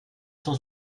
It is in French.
cent